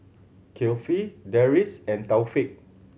Kifli Deris and Taufik